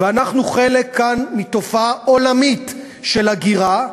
ואנחנו כאן חלק מתופעה עולמית של הגירה.